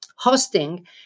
hosting